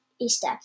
Easter